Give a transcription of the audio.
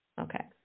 Okay